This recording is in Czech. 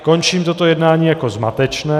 Končím toto jednání jako zmatečné.